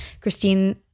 Christine